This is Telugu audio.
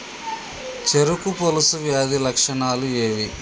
చెరుకు పొలుసు వ్యాధి లక్షణాలు ఏవి?